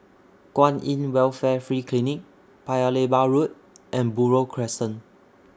Kwan in Welfare Free Clinic Paya Lebar Road and Buroh Crescent